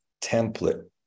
template